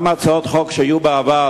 גם הצעות חוק שהיו בעבר,